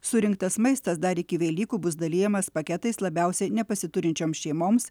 surinktas maistas dar iki velykų bus dalijamas paketais labiausiai nepasiturinčioms šeimoms